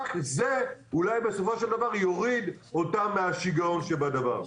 רק זה אולי בסופו של דבר יוריד אותם מהשיגעון שבדבר.